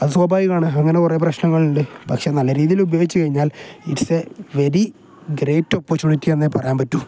അത് സ്വാഭാവികമാണ് അങ്ങനെ കുറേ പ്രശ്നങ്ങൾ ഉണ്ട് പക്ഷെ നല്ല രീതിയിൽ ഉപയോഗിച്ചു കഴിഞ്ഞാൽ it's a very great opportunity എന്നേ പറയാൻ പറ്റു